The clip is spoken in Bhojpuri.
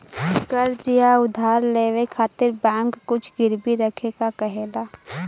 कर्ज़ या उधार लेवे खातिर बैंक कुछ गिरवी रखे क कहेला